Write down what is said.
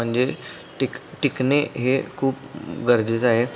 म्हणजे टिक टिकणे हे खूप गरजेचं आहे